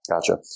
Gotcha